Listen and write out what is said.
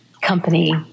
company